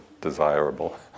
desirable